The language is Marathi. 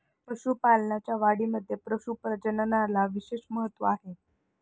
पशुपालनाच्या वाढीमध्ये पशु प्रजननाला विशेष महत्त्व आहे